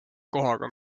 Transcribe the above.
kohaga